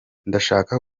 ndashaka